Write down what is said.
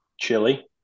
chili